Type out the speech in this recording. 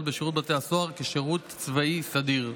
בשירות בתי הסוהר כשירות צבאי סדיר.